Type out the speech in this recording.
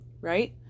right